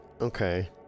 Okay